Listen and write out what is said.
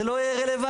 זה לא יהיה רלוונטי.